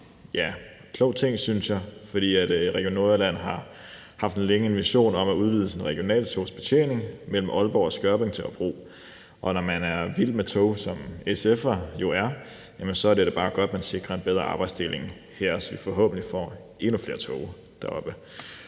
en klog ting, for Region Nordjylland har længe haft en vision om at udvide sin regionaltogsbetjening mellem Aalborg og Skørping til Hobro, og når man er vild med tog, som SF'ere jo er, synes man da bare, det er godt, at der sikres en bedre arbejdsdeling her, så vi forhåbentlig får endnu flere tog deroppe.